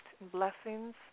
blessings